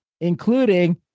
including